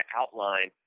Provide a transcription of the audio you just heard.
outline